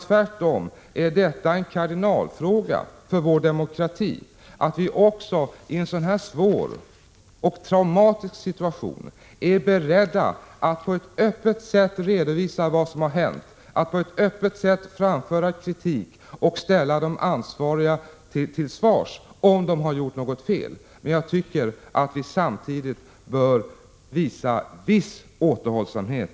Tvärtom är det en kardinalfråga för vår demokrati, att vi också i en så här traumatisk situation är beredda att på ett öppet sätt redovisa vad som har hänt och att på ett öppet sätt framföra kritik och ställa de ansvariga till svars om de har gjort något fel. Men jag tycker samtidigt att vi bör visa viss återhållsamhet.